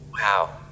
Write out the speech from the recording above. Wow